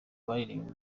baririmba